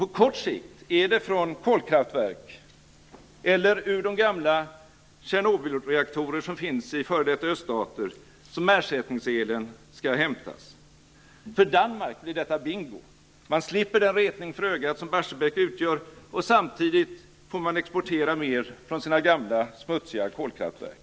På kort sikt är det från kolkraftverk eller ur de gamla Tjernobylreaktorer som finns i f.d. öststater som ersättningselen kommer att hämtas. För Danmark blir detta bingo. Man slipper den retning för ögat som Barsebäck utgör, och samtidigt får man exportera mer från sina gamla smutsiga kolkraftverk.